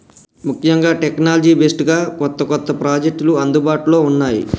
ముఖ్యంగా technology based గా కొత్త కొత్త ప్రాజెక్టులు అందుబాటులో ఉన్నాయి